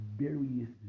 various